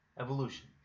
Evolution